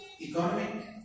economic